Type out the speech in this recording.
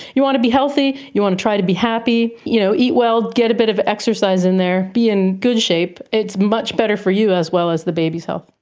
you want to be healthy, you want to try to be happy, you know eat well, get a bit of exercise in there, be in good shape, it's much better for you as well as the baby's health.